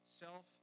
self